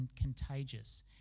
contagious